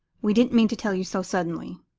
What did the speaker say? we didn't mean to tell you so suddenly.